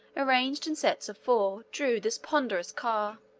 arranged in sets of four, drew this ponderous car.